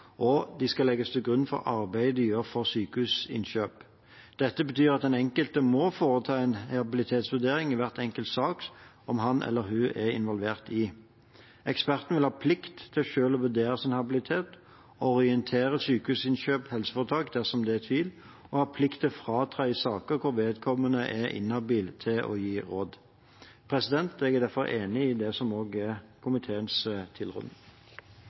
og spesialistgrupper, og de skal legges til grunn for arbeidet disse gjør for Sykehusinnkjøp. Dette betyr at den enkelte må foreta en habilitetsvurdering i hver enkelt sak som han eller hun er involvert i. Eksperten vil ha plikt til selv å vurdere sin habilitet og å orientere Sykehusinnkjøp og helseforetak dersom det er tvil, og plikt til å fratre i saker der vedkommende er inhabil til å gi råd. Jeg er derfor enig i det som også er komiteens tilråding.